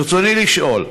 ברצוני לשאול: